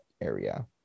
area